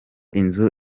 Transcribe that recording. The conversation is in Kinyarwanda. nzu